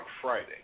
Friday